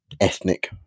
ethnic